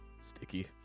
sticky